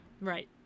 right